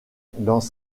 dans